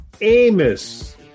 Amos